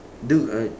dude I